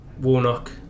Warnock